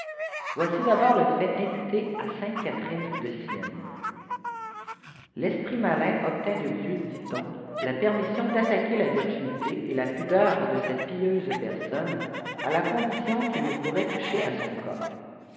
voici d'abord le fait imputé à sainte catherine de sienne l'esprit malin obtint de dieu dit-on la permission d'attaquer la virginité et la pudeur de cette pieuse personne à la condition qu'il ne pourrait touchera son corps